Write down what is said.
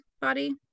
body